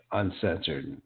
uncensored